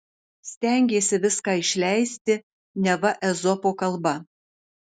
stengėsi viską išleisti neva ezopo kalba